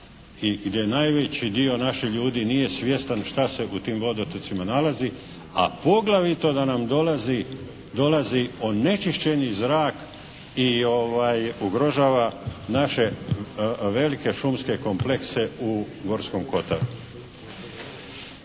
gdje najveći dio naših ljudi nije svjestan šta se u tim vodotocima nalazi, a poglavito da nam dolazi onečišćeni zrak i ugrožava naše velike šumske komplekse u Gorskom kotaru.